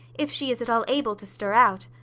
if she is at all able to stir out.